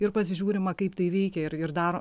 ir pasižiūrima kaip tai veikia ir ir dar